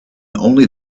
only